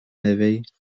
merveilles